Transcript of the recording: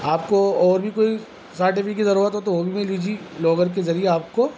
آپ کو اور بھی کوئی سارٹیفی کی ضرورت ہو تو وہ بھی میں لیجی لوگر کے ذریعے آپ کو